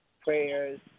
prayers